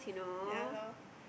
ya lor